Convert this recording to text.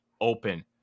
Open